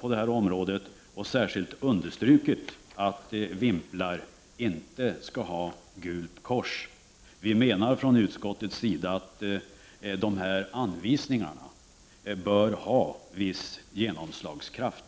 på det här området och särskilt understrukit att vimplar inte skall ha gult kors. Från utskottets sida menar vi att de anvisningarna bör ha viss genomslagskraft.